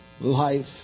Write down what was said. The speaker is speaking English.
life